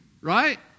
Right